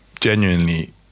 genuinely